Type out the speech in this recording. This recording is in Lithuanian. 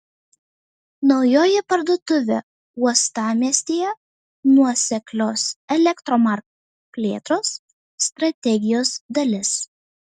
naujoji parduotuvė uostamiestyje nuoseklios elektromarkt plėtros strategijos dalis